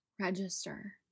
register